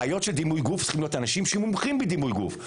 בעיות של דימוי גוף צריכים להיות אנשים שמומחים בדימוי גוף,